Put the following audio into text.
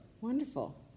Wonderful